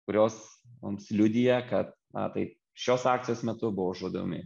kurios mums liudija kad na tai šios akcijos metu buvo žudomi